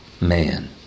man